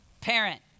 parent